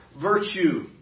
virtue